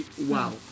wow